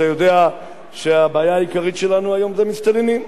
אתה יודע שהבעיה העיקרית שלנו היום היא המסתננים,